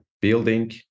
building